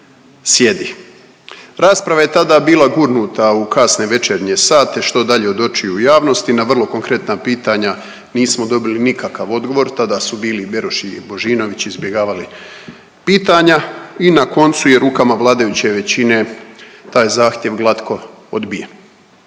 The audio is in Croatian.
sjedi. Rasprava je tada bila gurnuta u kasne večernje sate, što dalje od očiju javnosti na vrlo konkretna pitanja nismo dobili nikakav odgovor. Tada su bili Beroš i Božinović izbjegavali pitanja i na koncu je rukama vladajuće većine, taj zahtjev glatko odbijen.